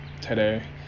today